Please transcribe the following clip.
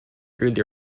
early